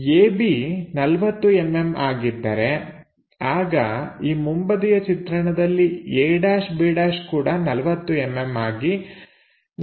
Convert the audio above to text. AB 40mm ಆಗಿದ್ದರೆ ಆಗ ಈ ಮುಂಬದಿಯ ಚಿತ್ರಣದಲ್ಲಿ a'b' ಕೂಡ 40mm ಆಗಿ ನಮಗೆ ಕಾಣಿಸುತ್ತದೆ